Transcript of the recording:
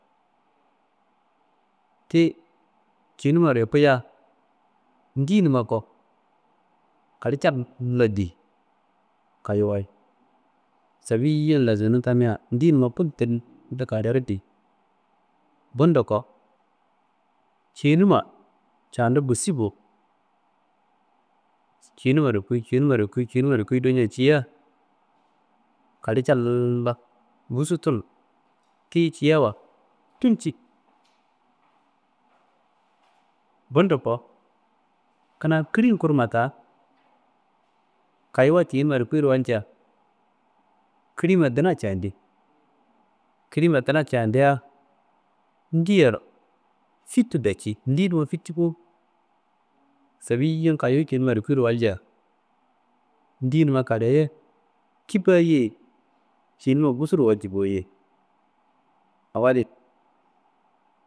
Ti kiyinummaro yikuyia ndiyinumma ko kallowu sallo di kayowuwayi, safiyon lasonnum tamia ndiyinumma bultello di kalowuro di, bundu ko ciyinumma candu bussi bo, kinummaro yukuwiyi, kiyinnummaro yikuwiyi, kiyinummaro yukuwiyi dowo ciyiya kallewu callo bussu tunu, tiyi kiyiyawa tulci. Bundo ko, kuna kilim kurma taa kayowuwa kiyinumaro yikuyirowalca kilimma duna candi, klimma duna candia ndiyiyaro fitu daci, ndiyinumma fiti bo, safiyiyon kayowu kinummaro yikiro walcia, ndiyinumma kalewu ye kibbayi ye, kiyinumma busurowalci bo- ye. Awo adi